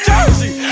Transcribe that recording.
Jersey